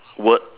word